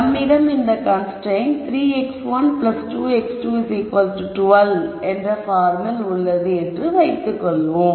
நம்மிடம் அந்த constraint 3x12x212 என்ற பார்மில் உள்ளது என்று வைத்துக்கொள்வோம்